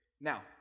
Now